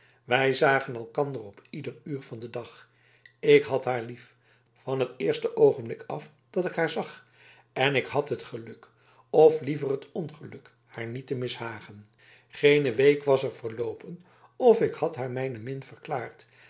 wij zagen elkander op ieder uur van den dag ik had haar lief van het eerste oogenblik af dat ik haar zag en ik had het geluk of liever het ongeluk haar niet te mishagen geene week was er verloopen of ik had haar mijne min verklaard